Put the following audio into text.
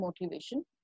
motivation